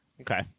Okay